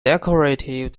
decorative